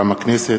מטעם הכנסת,